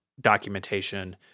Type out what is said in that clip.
documentation